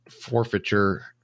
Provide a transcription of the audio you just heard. forfeiture